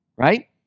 right